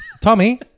Tommy